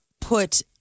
put